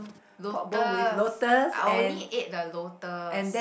lotus I only ate the lotus